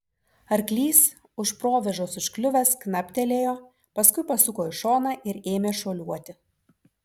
arklys už provėžos užkliuvęs knaptelėjo paskui pasuko į šoną ir ėmę šuoliuoti